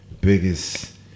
biggest